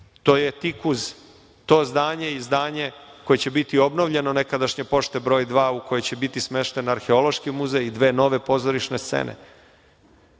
To je tik uz, to zdanje, zdanje koje će biti obnovljeno nekadašnje Pošte br. 2. u kojoj će biti smešten arheološki muzej i dve nove pozorišne scene.